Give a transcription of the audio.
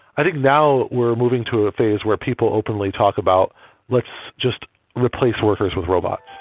i think now we're moving to a phase where people openly talk about let's just replace workers with robots.